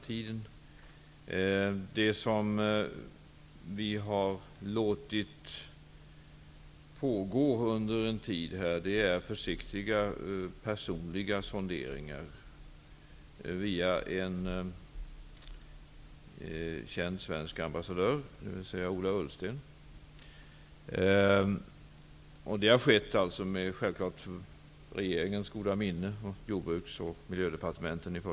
Vi har låtit försiktiga personliga sonderingar göras med hjälp av en känd svensk ambassadör, Ola Ullsten. Det har skett med regeringens goda minne, främst från Jordbruks-och miljödepartementen.